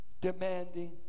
demanding